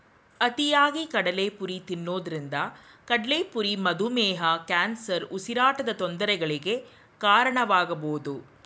ಅತಿಯಾಗಿ ಕಡಲೆಪುರಿ ತಿನ್ನೋದ್ರಿಂದ ಕಡ್ಲೆಪುರಿ ಮಧುಮೇಹ, ಕ್ಯಾನ್ಸರ್, ಉಸಿರಾಟದ ತೊಂದರೆಗಳಿಗೆ ಕಾರಣವಾಗಬೋದು